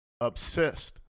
obsessed